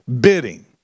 bidding